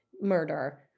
murder